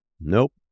Nope